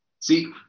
See